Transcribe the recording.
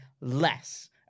less